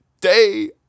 day